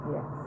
Yes